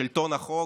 שלטון החוק,